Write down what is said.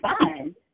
fine